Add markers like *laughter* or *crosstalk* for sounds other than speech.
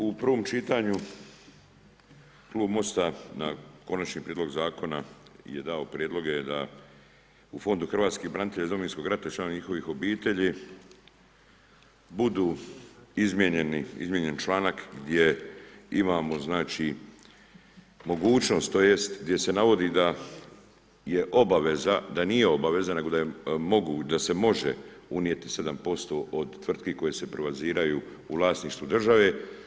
U prvom čitanju Klub MOST-a na konačni prijedlog zakona je dao prijedloge da u Fondu hrvatskih branitelja iz Domovinskog rat i članova njihovih obitelji budu izmijenjeni, izmijenjen članak gdje imamo znači mogućnost, tj. gdje se navodi da je obaveza, da nije obaveza nego da se može unijeti 7% od tvrtki koje se ... *unintelligible* u vlasništvu države.